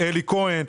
אלי כהן,